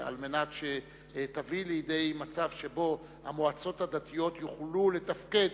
על מנת שתביא לידי מצב שבו המועצות הדתיות יוכלו לתפקד,